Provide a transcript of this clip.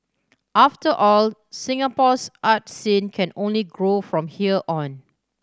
after all Singapore's art scene can only grow from here on